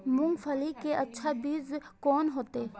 मूंगफली के अच्छा बीज कोन होते?